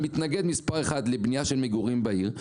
המתנגד מספר 1 לבנייה של מגורים בעיר,